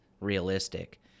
realistic